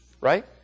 right